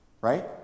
Right